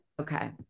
Okay